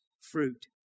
fruit